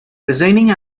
resigning